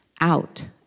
out